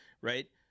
Right